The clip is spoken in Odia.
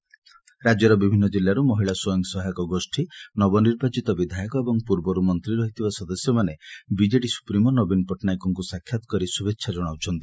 ରାକ୍ୟର ବିଭିନ୍ନ କିଲ୍ଲାରୁ ମହିଳା ସ୍ୱୟଂ ସହାୟକ ଗୋଷୀ ନବନିର୍ବାଚିତ ବିଧାୟକ ଏବଂ ପୂର୍ବରୁ ମନ୍ତୀ ରହିଥିବା ସଦସ୍ୟମାନେ ବିକେଡ଼ି ସୁପ୍ରିମୋ ନବୀନ ପଟ୍ଟନାୟକଙ୍କୁ ସାକ୍ଷାତ କରି ଶୁଭେଛା ଜଶାଇଛନ୍ତି